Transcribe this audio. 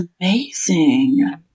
amazing